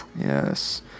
Yes